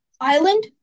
Island